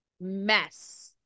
mess